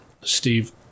Steve